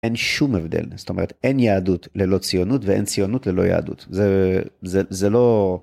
אין שום הבדל זאת אומרת אין יהדות ללא ציונות ואין ציונות ללא יהדות זה זה לא.